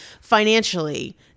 financially